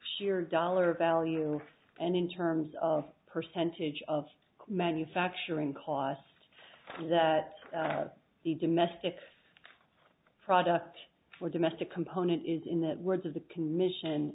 sheer dollar value and in terms of percentage of manufacturing costs that the domestic product or domestic component is in the woods of the commission